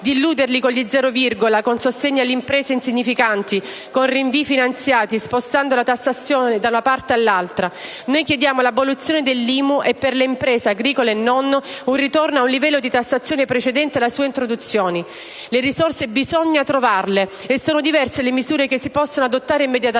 illuderli con gli «zero virgola», con sostegni insignificanti alle imprese, con rinvii finanziati spostando la tassazione da una parte all'altra. Noi chiediamo l'abolizione dell'IMU e per le imprese (agricole e non) un ritorno al livello di tassazione precedente alla sua introduzione. Le risorse bisogna trovarle e sono diverse le misure che si possono adottare immediatamente.